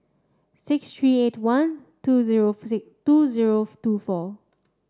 six three eight one two zero two zero two four